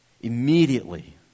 Immediately